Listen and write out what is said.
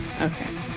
Okay